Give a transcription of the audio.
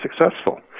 successful